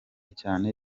cyane